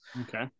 Okay